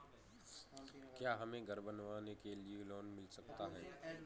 क्या हमें घर बनवाने के लिए लोन मिल सकता है?